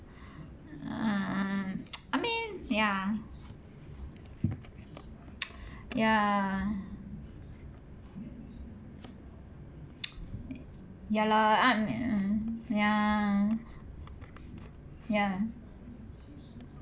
mm mm I mean ya ya ya lah I~ ya ya